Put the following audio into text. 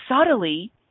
subtly